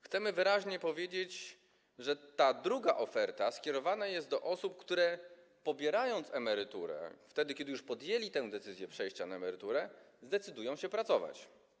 Chcemy wyraźnie powiedzieć, że ta druga oferta skierowana jest do osób, które pobierają emeryturę, które kiedy już podjęły decyzję o przejściu na emeryturę, zdecydują się pracować.